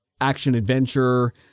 action-adventure